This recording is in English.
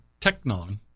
Technon